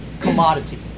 commodity